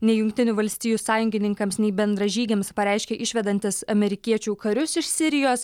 nei jungtinių valstijų sąjungininkams nei bendražygiams pareiškė išvedantis amerikiečių karius iš sirijos